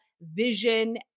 vision